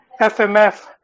FMF